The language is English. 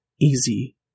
easy